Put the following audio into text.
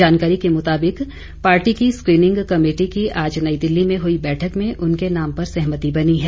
जानकारी के मुताबिक पार्टी की स्क्रीनिंग कमेटी की आज नई दिल्ली में हुई बैठक में उनके नाम पर सहमति बनी है